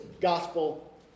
gospel